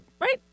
Right